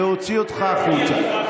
להוציא אותך החוצה.